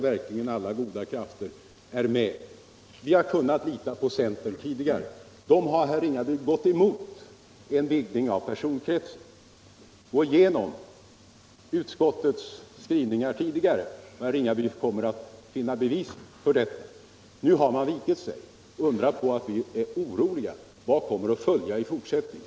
Vi har tidigare kunnat lita på centern. Nu har centern vikit sig. och det är därför inte att undra på att vi är oroliga. Vad kommer att följa i fortsättningen”?